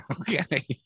Okay